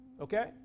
Okay